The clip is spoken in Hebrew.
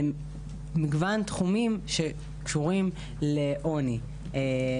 לשים ידיות אחיזה,